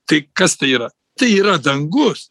tai kas tai yra tai yra dangus